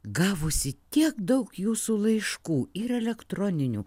gavusi tiek daug jūsų laiškų ir elektroninių